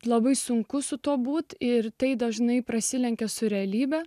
labai sunku su tuo būti ir tai dažnai prasilenkia su realybe